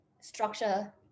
structure